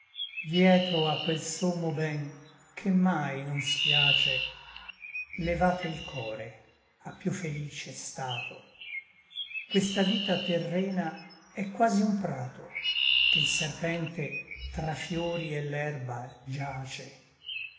dietro a quel sommo ben che mai non spiace levate il core a piú felice stato questa vita terrena è quasi un prato che l serpente tra fiori et l'erba giace